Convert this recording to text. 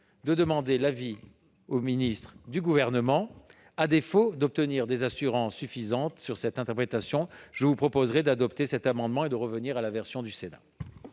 je sollicite l'avis du Gouvernement. À défaut d'obtenir des assurances suffisantes sur cette interprétation, je proposerai d'adopter cet amendement et de revenir à la version du Sénat.